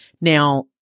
Now